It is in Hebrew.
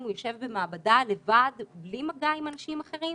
הוא יושב במעבדה לבד בלי מגע עם אנשים אחרים?